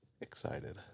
Excited